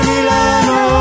Milano